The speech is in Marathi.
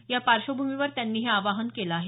या पार्श्वभूमीवर त्यांनी हे आवाहन केलं आहे